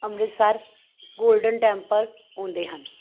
Amritsar golden temple ਆਉਂਦੇ ਹਨ